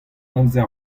amzer